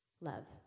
love